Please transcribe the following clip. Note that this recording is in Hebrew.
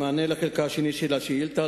במענה על חלקה השני של השאילתא,